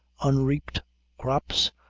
unreaped crops,